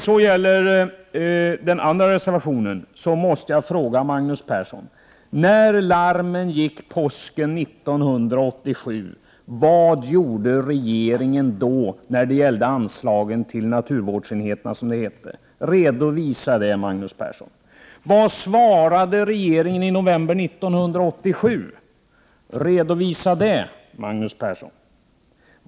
När det gäller den andra reservationen, reservation 3, måste jag fråga Magnus Persson: Vad gjorde regeringen när larmen gick påsken 1987, när det gällde anslagen till naturvårdsenheterna, som de hette? Redovisa det, Magnus Persson! Vad svarade regeringen i november 1987? Redovisa det, Magnus Persson!